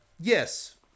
Yes